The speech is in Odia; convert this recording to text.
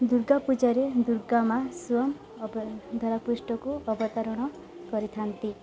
ଦୂର୍ଗା ପୂଜାରେ ଦୂର୍ଗା ମା ସ୍ୱୟଂ ଧରାପୃଷ୍ଠକୁ ଅବତରଣ କରିଥାନ୍ତି